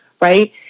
right